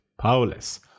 powerless